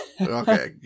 Okay